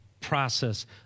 process